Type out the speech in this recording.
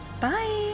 Bye